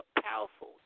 powerful